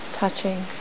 touching